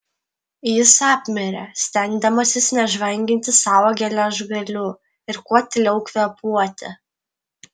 jis apmirė stengdamasis nežvanginti savo geležgalių ir kuo tyliau kvėpuoti